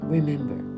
Remember